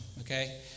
okay